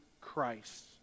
christ